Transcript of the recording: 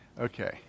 Okay